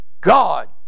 God